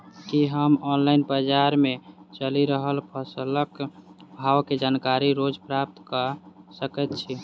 की हम ऑनलाइन, बजार मे चलि रहल फसलक भाव केँ जानकारी रोज प्राप्त कऽ सकैत छी?